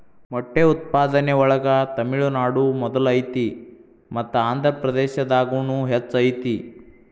ಮೊಟ್ಟೆ ಉತ್ಪಾದನೆ ಒಳಗ ತಮಿಳುನಾಡು ಮೊದಲ ಐತಿ ಮತ್ತ ಆಂದ್ರಪ್ರದೇಶದಾಗುನು ಹೆಚ್ಚ ಐತಿ